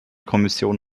kommission